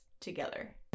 together